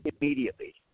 immediately